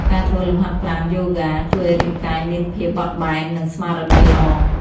ការធ្វើលំហាត់ប្រាណយូហ្គា ជួយឱ្យរាងកាយមានភាពបត់បែន និងស្មារតីល្អ។